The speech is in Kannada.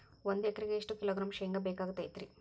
ಒಂದು ಎಕರೆಗೆ ಎಷ್ಟು ಕಿಲೋಗ್ರಾಂ ಶೇಂಗಾ ಬೇಕಾಗತೈತ್ರಿ?